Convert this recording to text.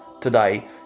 today